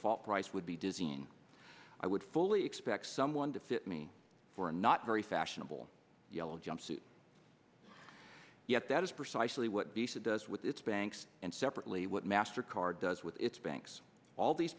fault price would be dizzying i would fully expect someone to fit me for a not very fashionable yellow jumpsuit yet that is precisely what piece it does with its banks and separately what master card does with its banks all these